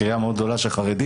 קריה מאוד גדולה של חרדים,